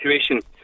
situation